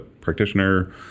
practitioner